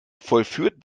vollführt